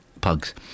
Pugs